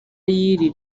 y’iri